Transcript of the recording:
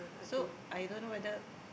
so I don't know whether